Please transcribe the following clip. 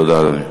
תודה, אדוני.